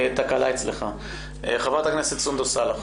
בבקשה, חברת הכנסת סונדוס סאלח.